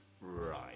Right